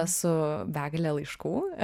su begale laiškų